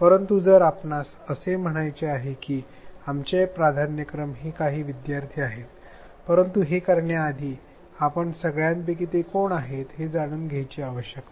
परंतु जर आपण असे म्हटले तर आमचे प्राधान्यक्रम हे काही विद्यार्थी आहेत परंतु हे काही करण्याआधी आपण सगळ्यांपैकी ते कोण आहे हे जाणून घेण्याची आवश्यकता आहे